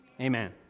Amen